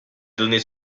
donné